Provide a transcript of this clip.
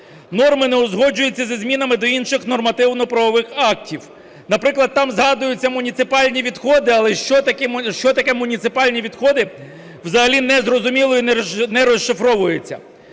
Норми не узгоджуються із змінами до інших нормативно-правових актів. Наприклад, там згадуються муніципальні відходи, але що таке "муніципальні відходи", взагалі не зрозуміло і не розшифровується.